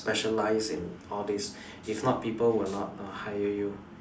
specialise in all these if not people will not hire you